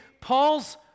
Paul's